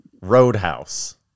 Roadhouse